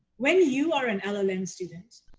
when you are an ll ll m. student,